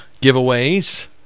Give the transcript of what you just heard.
giveaways